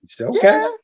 Okay